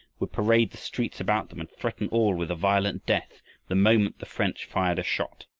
would parade the streets about them and threaten all with a violent death the moment the french fired a shot.